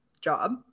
job